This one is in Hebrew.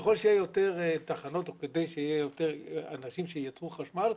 ככל שיהיו יותר תחנות או כדי שיהיו יותר אנשים שייצרו חשמל,